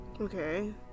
Okay